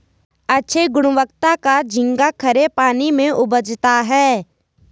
अच्छे गुणवत्ता का झींगा खरे पानी में उपजता है